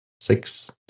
six